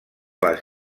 les